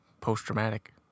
post-traumatic